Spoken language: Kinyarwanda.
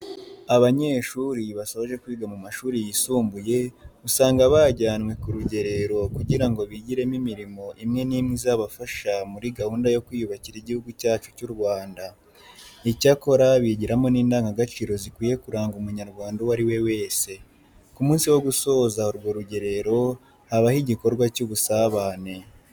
Abanyeshuri basoje kwiga mu mashuri yisumbuye usanga bajyanwe ku rugerero kugira ngo bigiremo imirimo imwe n'imwe izabafasha muri gahunda yo kwiyubakira Igihugu cyacu cy'u Rwanda. Icyakora bigiramo n'indangagaciro zikwiye kuranga Umunyarwanda uwo ari we wese. Ku munsi wo gusoza urwo rugerero habaho igikorwa cy'ubusabane.